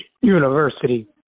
University